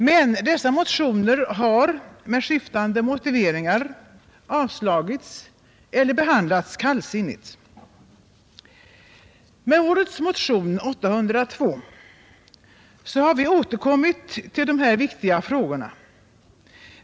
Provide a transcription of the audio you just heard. Men våra motioner har, med skiftande motiveringar, avslagits eller behandlats kallsinnigt. Med årets motion 802 har vi återkommit till dessa viktiga frågor.